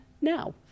now